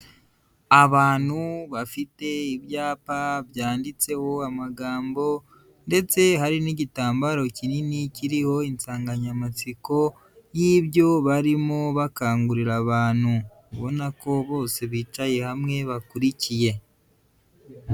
Abantu bafite ibyapa byanditseho amagambo, ndetse hari n'igitambaro kinini kiriho insanganyamatsiko y'ibyo barimo bakangurira abantu, ubona ko bose bicaye hamwe bakurikiye.